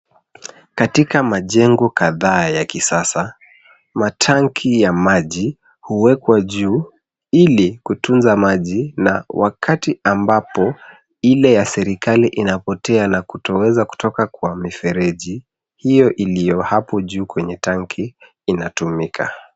Katika majengo kadhaa ya kisasa, matanki ya maji huwekwa juu ili kutunza maji na wakati ambapo ile ya serikali inapotea na kutoweza kutoka kwa mifereji , hiyo iliyo hapo juu kwenye tanki inatumika.